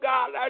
God